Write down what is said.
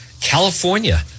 California